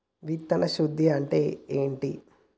విత్తన శుద్ధి అంటే ఏంటి?